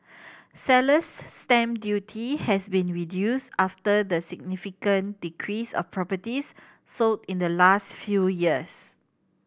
seller's stamp duty has been reduced after the significant decrease of properties sold in the last few years